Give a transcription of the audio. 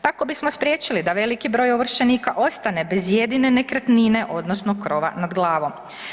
Tako bismo spriječili da veliki broj ovršenika ostane bez jedine nekretnine odnosno krova nad glavom.